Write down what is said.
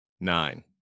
Nine